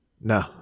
no